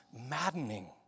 maddening